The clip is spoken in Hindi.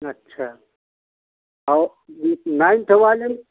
अच्छा और नाइंथ वाले में